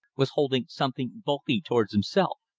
was holding something bulky toward himself.